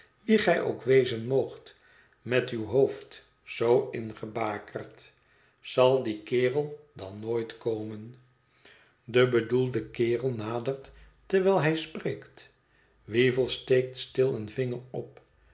wie gij ook wezen moogt met uw hoofd zoo ingebakerd zal die kerel dan noo'it komen de bedoelde kerel nadert terwijl hij spreekt weevle steekt stil een vinger op